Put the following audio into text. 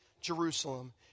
Jerusalem